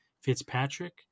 Fitzpatrick